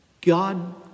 God